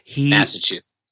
Massachusetts